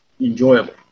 enjoyable